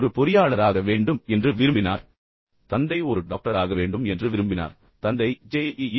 தந்தை ஒரு பொறியாளராக வேண்டும் என்று விரும்பினார் தந்தை ஒரு டாக்டராக வேண்டும் என்று விரும்பினார் தந்தை ஜே